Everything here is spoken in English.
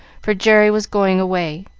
for jerry was going away,